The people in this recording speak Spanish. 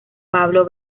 pablo